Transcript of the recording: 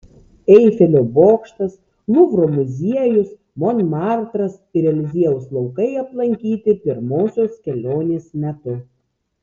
eifelio bokštas luvro muziejus monmartras ir eliziejaus laukai aplankyti pirmosios kelionės metu